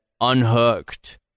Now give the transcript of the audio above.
unhooked